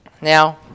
Now